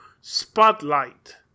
spotlight